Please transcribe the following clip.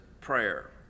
prayer